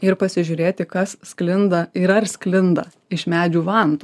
ir pasižiūrėti kas sklinda ir ar sklinda iš medžių vantų